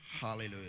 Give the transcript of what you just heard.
Hallelujah